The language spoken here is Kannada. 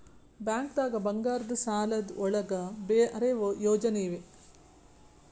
ಬ್ಯಾಂಕ್ದಾಗ ಬಂಗಾರದ್ ಸಾಲದ್ ಒಳಗ್ ಬೇರೆ ಯೋಜನೆ ಇವೆ?